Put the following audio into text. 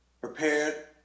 prepared